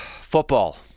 Football